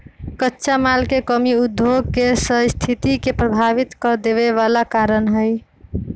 कच्चा माल के कमी उद्योग के सस्थिति के प्रभावित कदेवे बला कारण हई